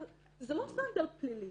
זה לא סטנדרט פלילי.